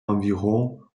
environ